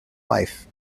life